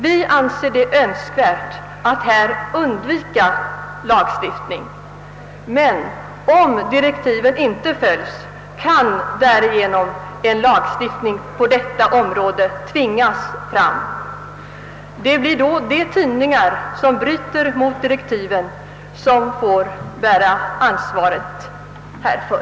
Vi anser det önskvärt att här undvika lagstiftning, men om direktiven inte följs, kan en lagstiftning på detta område tvingas fram. Det blir då de tidningar som bryter mot direktiven som får bära ansvaret härför.